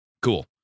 Cool